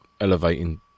elevating